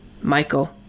Michael